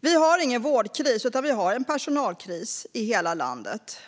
Vi har ingen vårdkris, utan vi har en personalkris i hela landet.